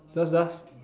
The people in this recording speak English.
just just